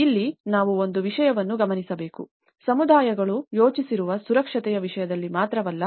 ಇಲ್ಲಿ ನಾವು ಒಂದು ವಿಷಯವನ್ನು ಗಮನಿಸಬೇಕು ಸಮುದಾಯಗಳು ಯೋಚಿಸಿರುವ ಸುರಕ್ಷತೆಯ ವಿಷಯದಲ್ಲಿ ಮಾತ್ರವಲ್ಲ